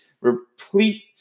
replete